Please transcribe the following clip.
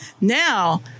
Now